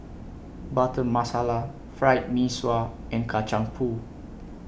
Butter Masala Fried Mee Sua and Kacang Pool